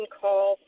call